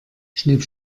schnipp